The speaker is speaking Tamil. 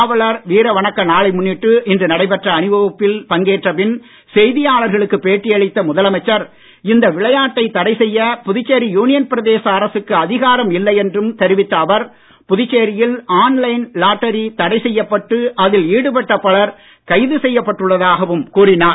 காவலர் வீர வணக்க நாளை முன்னிட்டு இன்று நடைபெற்ற அணிவகுப்பில் பங்கேற்றபின் செய்தியாளர்களுக்கு பேட்டி அளித்த முதலமைச்சர் இந்த விளையாட்டை தடை செய்ய புதுச்சேரி யூனியன் பிரதேச அரசுக்கு அதிகாரம் இல்லை என்றும் தெரிவித்த அவர் புதுச்சேரியில் ஆன் லைன் லாட்டரி தடை செய்யப்பட்டு அதில் ஈடுபட்ட பலர் கைது செய்யப்பட்டுள்ளதாகவும் கூறினார்